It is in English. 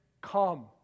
Come